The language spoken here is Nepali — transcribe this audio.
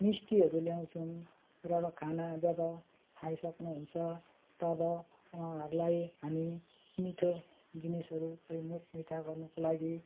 मिस्टीहरू ल्याउँछौँ र खाना जब खाइसक्नु हुन्छ तब उहाँहरूलाई हामी मिठो जिनिसहरू मुख मिठा गर्नुको लागि